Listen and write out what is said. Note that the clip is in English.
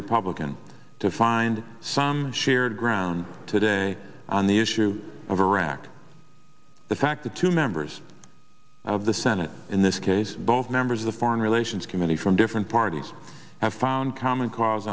republican to find some shared ground today on the issue of iraq the fact that two members of the senate in this case both members of the foreign relations committee from different parties have found common cause